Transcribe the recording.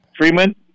Freeman